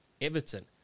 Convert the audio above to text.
Everton